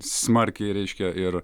smarkiai reiškia ir